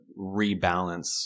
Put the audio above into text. rebalance